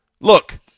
look